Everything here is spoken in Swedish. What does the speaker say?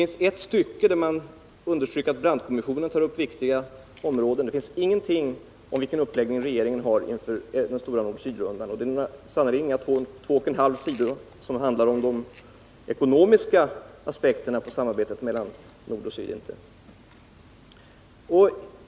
I ett stycke understryks att Brandtkommissionen tar upp viktiga områden, men det finns ingenting som talar om regeringens uppläggning inför den stora nord-syd rundan. Det är sannerligen inga två och en halv sidor som gäller de ekonomiska aspekterna på samarbetet mellan nord och syd.